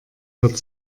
wird